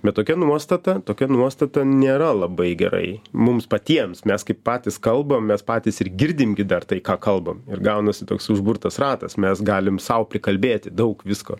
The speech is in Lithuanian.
bet tokia nuostata tokia nuostata nėra labai gerai mums patiems mes kaip patys kalbam mes patys ir girdim gi dar tai ką kalbam ir gaunasi toks užburtas ratas mes galime sau prikalbėti daug visko